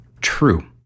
true